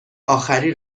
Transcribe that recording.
آخری